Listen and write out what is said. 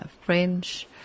French